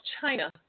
China